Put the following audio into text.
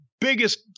biggest